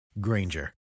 Granger